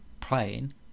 playing